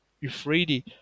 euphrates